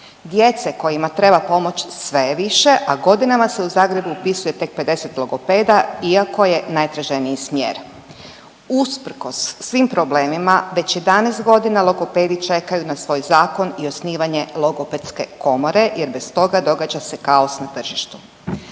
Djece kojima treba pomoć sve je više, a godinama se u Zagrebu upisuje tek 50 logopeda iako je najtraženiji smjer. Usprkos svim problemima već 11 godina logopedi čekaju na svoj zakon i osnivanje logopedske komore, jer bez toga događa se kaos na tržištu.